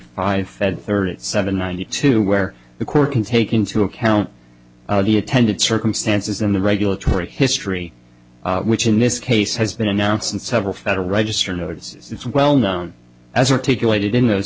fed thirty seven ninety two where the court can take into account the attendant circumstances and the regulatory history which in this case has been announced and several federal register notices it's well known as articulated in those